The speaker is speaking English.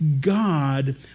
God